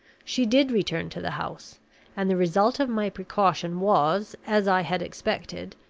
she did return to the house and the result of my precaution was, as i had expected,